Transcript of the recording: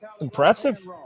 Impressive